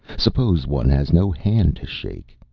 suppose one has no hand to shake?